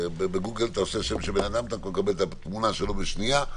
בגוגל אתה רושם שם של אדם ומקבל את התמונה שלו בשנייה.